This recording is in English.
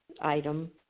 item